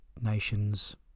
Nations